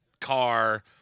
car